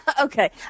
Okay